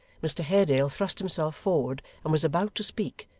mr haredale thrust himself forward and was about to speak,